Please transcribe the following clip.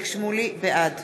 בעד